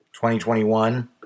2021